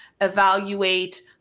Evaluate